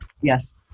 yes